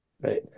right